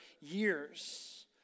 years